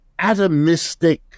atomistic